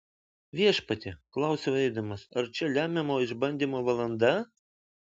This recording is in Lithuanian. viešpatie klausiau eidamas ar čia lemiamo išbandymo valanda